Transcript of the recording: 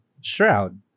shroud